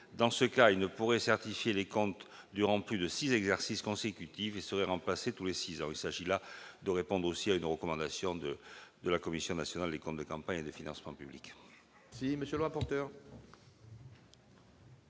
aux comptes ne pourraient certifier les comptes durant plus de six exercices consécutifs et seraient remplacés tous les six ans. Il s'agit là de répondre à une recommandation de la Commission nationale des comptes de campagne et des financements politiques. Quel est